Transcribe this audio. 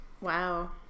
Wow